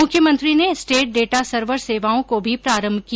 मुख्यमंत्री ने state data server सेवाओं को भी प्रारम्भ किया